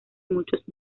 muchos